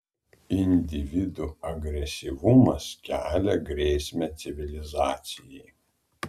individų agresyvumas kelia grėsmę civilizacijai